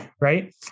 right